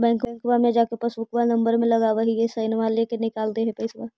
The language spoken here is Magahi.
बैंकवा मे जा के पासबुकवा नम्बर मे लगवहिऐ सैनवा लेके निकाल दे है पैसवा?